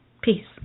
Peace